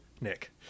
nick